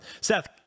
Seth